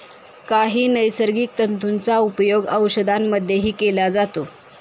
काही नैसर्गिक तंतूंचा उपयोग औषधांमध्येही केला जातो